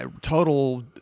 total